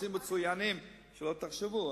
ביחסים מצוינים, שלא תחשבו.